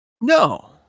No